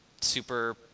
super